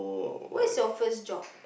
what's your first job